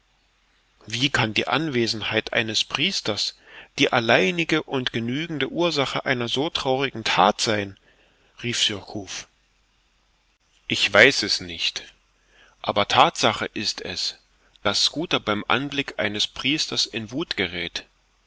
wie kann die anwesenheit eines priesters die alleinige und genügende ursache einer so traurigen that sein rief surcouf ich weiß es nicht aber thatsache ist es daß schooter beim anblick eines priesters in wuth geräth